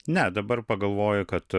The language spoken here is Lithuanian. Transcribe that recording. ne dabar pagalvoju kad